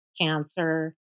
cancer